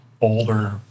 older